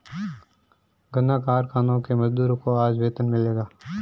गन्ना कारखाने के मजदूरों को आज वेतन मिलेगा